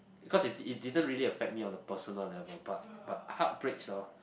because it it didn't really affect me on the personal level but but heartbreaks orh